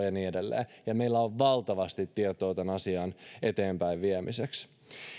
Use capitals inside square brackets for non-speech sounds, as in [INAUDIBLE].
[UNINTELLIGIBLE] ja niin edelleen meillä on valtavasti tietoa tämän asian eteenpäinviemiseksi